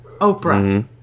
Oprah